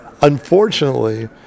Unfortunately